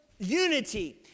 Unity